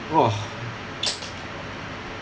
!wah!